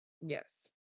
yes